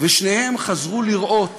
ושניהם חזרו לראות